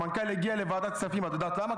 המנכ"ל הגיע לוועדת הכספים, את יודעת למה?